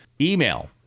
Email